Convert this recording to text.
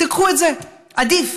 תיקחו את זה, עדיף.